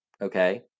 Okay